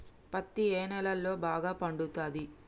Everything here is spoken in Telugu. పత్తి ఏ నేలల్లో బాగా పండుతది?